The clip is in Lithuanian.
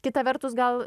kita vertus gal